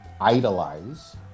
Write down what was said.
idolize